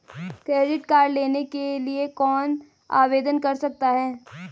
Credit card लेने के लिए कौन आवेदन कर सकता है?